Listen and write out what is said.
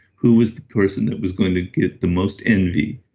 who was the person that was going to get the most envy?